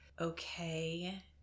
okay